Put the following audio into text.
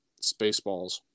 Spaceballs